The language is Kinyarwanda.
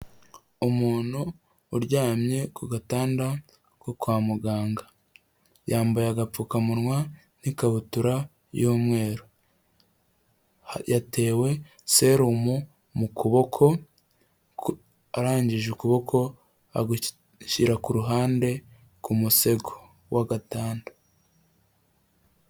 Umuntu uryamye ku gatanda ko kwa muganga, yambaye agapfukamunwa n'ikabutura y'umweru. Yatewe serumu mu kuboko arangije ukuboko agushyira ku ruhande ku musego w'agatanda.